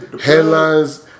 Headlines